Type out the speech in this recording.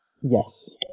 Yes